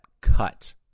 cut